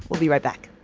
we'll be right back